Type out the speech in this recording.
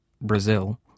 Brazil